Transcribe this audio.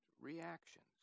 reactions